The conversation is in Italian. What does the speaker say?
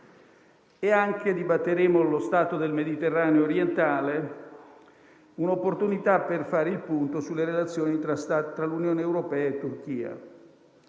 anche sullo stato del Mediterraneo orientale e sarà un'opportunità per fare il punto sulle relazioni tra l'Unione europea e la Turchia.